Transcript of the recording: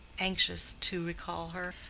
anxious to recall her.